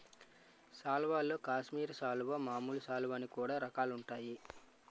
సాల్వల్లో కాశ్మీరి సాలువా, మామూలు సాలువ అని కూడా రకాలుంటాయి